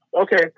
okay